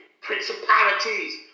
Principalities